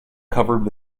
covered